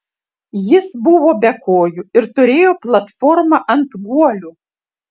jis buvo be kojų ir turėjo platformą ant guolių